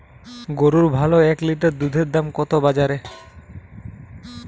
গরুর ভালো এক লিটার দুধের দাম কত বাজারে?